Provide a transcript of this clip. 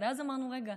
ואז אמרנו: רגע,